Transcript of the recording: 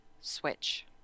switch